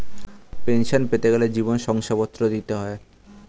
pension পেতে গেলে জীবন শংসাপত্র দিতে হয়